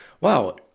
wow